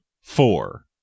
four